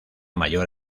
mayor